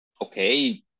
okay